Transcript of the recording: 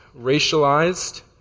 racialized